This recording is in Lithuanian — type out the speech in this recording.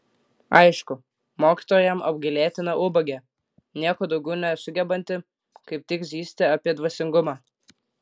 aišku mokytoja jam apgailėtina ubagė nieko daugiau nesugebanti kaip tik zyzti apie dvasingumą